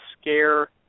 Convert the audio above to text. scare